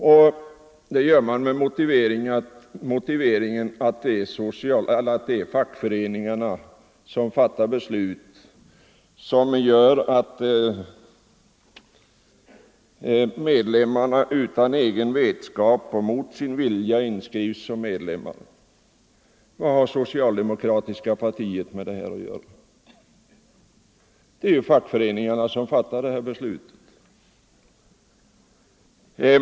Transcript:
Dessa uttalanden görs med motiveringen att fackföreningarna fattar beslut innebärande att medlemmarna utan egen vetskap och mot sin vilja inskrivs som medlemmar. Vad har socialdemokratiska partiet med det att göra? Det är ju fackföreningarna som fattar besluten i fråga.